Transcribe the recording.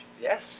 Yes